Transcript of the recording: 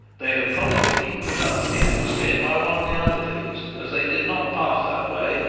they had probably been put up to the ambuscade by one of the underlings, as they did not pass that way,